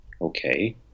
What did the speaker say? okay